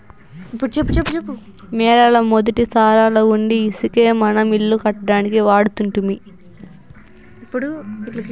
నేలల మొదటి సారాలవుండీ ఇసకే మనం ఇల్లు కట్టడానికి వాడుతుంటిమి